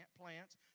plants